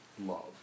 love